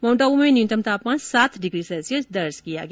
mount Abu में न्यूनतम तापमान सात डिग्री सैल्सियस दर्ज किया गया